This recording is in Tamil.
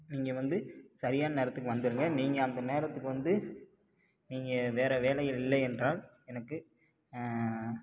நீங்கள் வந்து சரியான நேரத்துக்கு வந்துருங்க நீங்கள் அந்த நேரத்துக்கு வந்து நீங்கள் வேறு வேலை இல்லை என்றால் எனக்கு